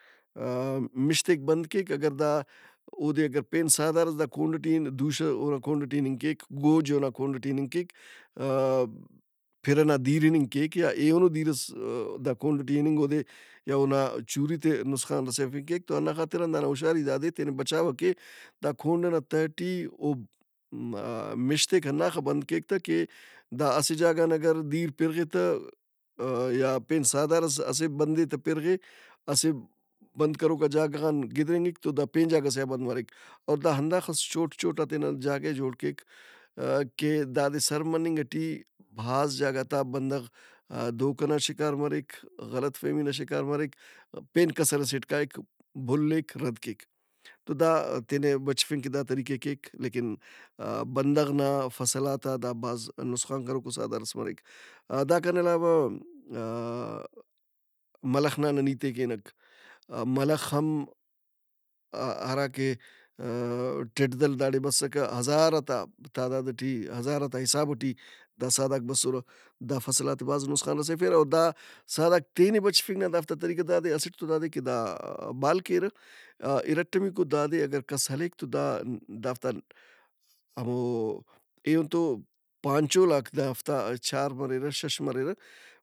آ- مِش تیک بند کیک اگر دا اودے اگر پین سہدارس دا کونڈ ئٹے دُوشہ اونا کونڈ ئٹے ہِننگ کیک، گوج اونا کونڈ ئٹے ہِننگ کیک، آ- پھِر ئنا دِیر ہِننگ کیک یا ایہنو دِیر ئس دا کونڈ ئٹی ہِننگ اودے یا اونا چُوریِت ئے نسخان رسیفنگ کیک تو ہنّا خاطران دانا ہُشاری داد اے تینا بچاوہ کہ دا کونڈ ئنا تہٹی او ب-م- مِش تیک ہنداخہ بند کیک تہ کہ دا اسہ جاگہن اگر دِیر پِرغہِ تہ ا- یا پین سہدارئس اسہ بند ئے تہ پِرغہِ اسہ بند کروکا جاگہ غن گِدرینگِک تو دا پین جاگہ سے آ بند مریک۔ اور دا ہنداخس چوٹ چوٹ آ تینا جاگہ ئے جوڑ کیک کہ دادے سر مننگ ئٹی بھاز جاگہ تا بندغ دھوکہ نا شکار مریک، غلط فہمی نا شکار مریک پین کسر ئسیٹ کائک، بُھلِّک رد کیک۔ تو دا تینے بچفنگ کہ دا طریقہ ئے کیک لیکن بندغ نا فصلات آ دا بھاز نسخان کروکو سہدارس مریک۔ داکان علاوہ ملخ نا نن ہیت ئے کینک۔ ملخ ہم ا- ہراکہ ٹیڈ دَل داڑے بسکہ ہزارات آ تعداد ئٹی، ہزارات آ حساب ئٹی دا سہدارک بسرہ دا فصلات ئے بھاز نسخان رسیفیرہ۔ او دا سہداراک تینے بچفنگ نا دافت آ طریقہ داد اے۔ اسٹ تو داد اے کہ دا بال کیرہ اِرٹمیکو داد اے اگر کس ہلیک تو دا دافت ان ہمو ایہن تو پانچولاک دافتا چار مریرہ شش مریرہ۔